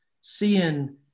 seeing